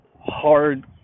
hard